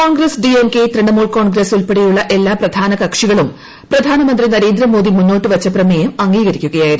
കോൺഗ്രസ് ഡി എം കെ തൃണമൂൽ കോൺഗ്രസ് ഉൾപ്പെടെയുള്ള എല്ലാ പ്രധാന കക്ഷികളും പ്രധാനമന്ത്രി നരേന്ദ്രമോദി മുന്നോട്ട് വച്ച പ്രമേയം അംഗീകരിക്കുകയായിരുന്നു